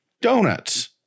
donuts